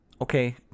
Okay